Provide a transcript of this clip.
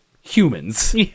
humans